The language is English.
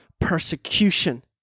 persecution